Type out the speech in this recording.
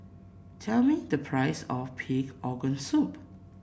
tell me the price of Pig Organ Soup